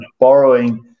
borrowing